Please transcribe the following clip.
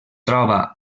troba